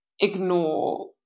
ignore